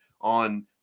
on